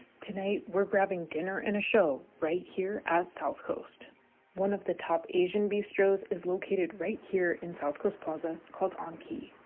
tonight we're grabbing dinner and a show right here at south coast one of the top asian bistros is located right here in south coast plaza called anqi